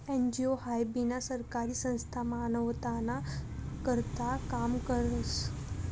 NGO हाई बिनसरकारी संस्था मानवताना करता काम करस